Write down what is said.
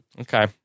Okay